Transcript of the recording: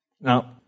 Now